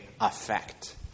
effect